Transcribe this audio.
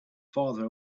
farther